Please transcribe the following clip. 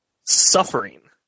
suffering